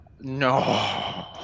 No